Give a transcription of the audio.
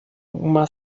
uma